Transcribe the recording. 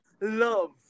Love